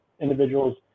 individuals